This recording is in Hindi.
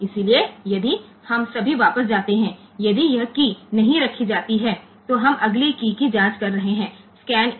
इसलिए यदि हम अभी वापस जाते हैं यदि यह कीय नहीं रखी जाती है तो हम अगली कीय की जाँच कर रहे हैं स्कैन 1